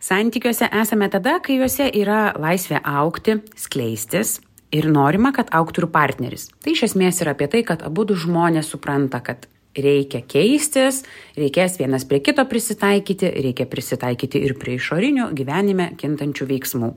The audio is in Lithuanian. santykiuose esame tada kai juose yra laisvė augti skleistis ir norima kad augtų ir partneris tai iš esmės ir apie tai kad abudu žmonės supranta kad reikia keistis reikės vienas prie kito prisitaikyti reikia prisitaikyti ir prie išorinio gyvenime kintančių veiksmų